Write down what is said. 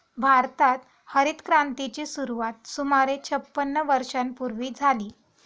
भारतात हरितक्रांतीची सुरुवात सुमारे छपन्न वर्षांपूर्वी झाली